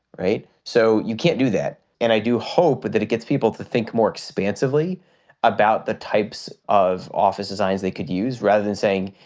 right. so you can't do that and i do hope that it gets people to think more expansively about the types of office designs they could use rather than saying,